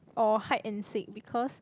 or hide and seek because